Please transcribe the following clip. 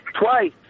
twice